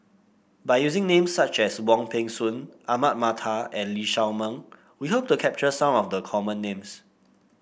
by using names such as Wong Peng Soon Ahmad Mattar and Lee Shao Meng we hope to capture some of the common names